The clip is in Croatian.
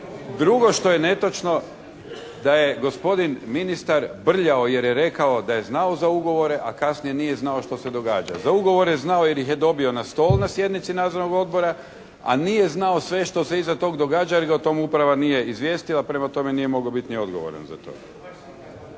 Drugo što je netočno da je gospodin ministar brljao, jer je rekao da je znao za ugovore, a kasnije nije znao što se događa. Za ugovore je znao jer ih je dobio na stol na sjednici nadzornog odbora, a nije znao sve što se iza toga događa jer ga o tome uprava nije izvijestila, prema tome nije mogao biti ni odgovoran za to.